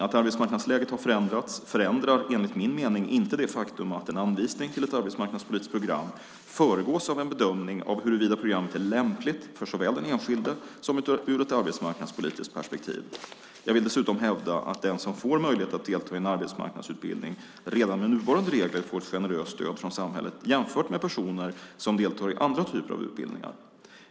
Att arbetsmarknadsläget har förändrats förändrar, enligt min mening, inte det faktum att en anvisning till ett arbetsmarknadspolitiskt program föregås av en bedömning av huruvida programmet är lämpligt såväl för den enskilde som ur ett arbetsmarknadspolitiskt perspektiv. Jag vill dessutom hävda att den som får möjlighet att delta i en arbetsmarknadsutbildning redan med nuvarande regler får ett generöst stöd från samhället jämfört med personer som deltar i andra typer av utbildningar.